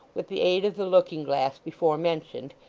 with the aid of the looking-glass before mentioned,